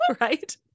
right